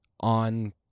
on